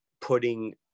putting